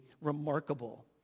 remarkable